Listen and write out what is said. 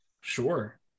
Sure